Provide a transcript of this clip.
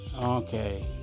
okay